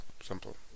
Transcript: Simple